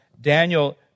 Daniel